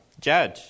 judge